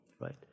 right